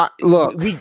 Look